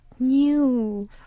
New